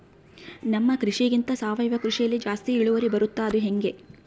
ನಮ್ಮ ಕೃಷಿಗಿಂತ ಸಾವಯವ ಕೃಷಿಯಲ್ಲಿ ಜಾಸ್ತಿ ಇಳುವರಿ ಬರುತ್ತಾ ಅದು ಹೆಂಗೆ?